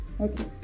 okay